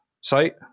site